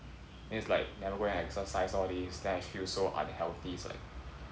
then it's like never go and exercise all these then I feel so unhealthy is like